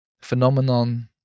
phenomenon